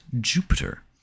jupiter